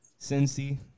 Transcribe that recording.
Cincy